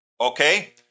okay